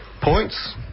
points